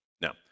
now